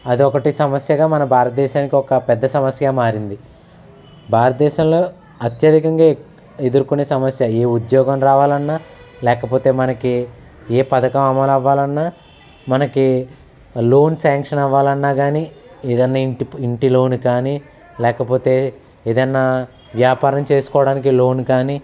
అదొకటి సమస్యగా మన భారతదేశానికి ఒక పెద్ద సమస్య మారింది భారతదేశంలో అత్యధికంగా ఎదుర్కొనే సమస్య ఏ ఉద్యోగం రావాలన్న లేకపోతే మనకి ఏ పథకం అమలు అవ్వాలన్నా మనకి లోన్ శాంక్షన్ అవ్వాలన్నా కాని ఏదన్న ఇంటి ఇంటి లోను కానీ లేకపోతే ఎదన్నా వ్యాపారం చేసుకోవడానికి లోన్ కానీ